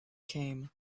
came